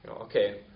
okay